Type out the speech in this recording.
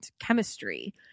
chemistry